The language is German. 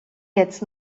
jetzt